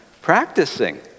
practicing